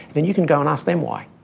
then you can go and ask them why.